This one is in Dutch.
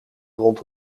rond